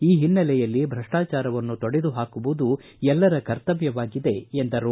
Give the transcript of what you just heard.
ಈ ಹಿನ್ನೆಲೆಯಲ್ಲಿ ಭ್ರಷ್ಟಾಚಾರವನ್ನು ತೊಡೆದುಪಾಕುವುದು ಎಲ್ಲರ ಕರ್ತವ್ಯವಾಗಿದೆ ಎಂದರು